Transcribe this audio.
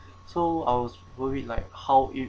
so I was worried like how it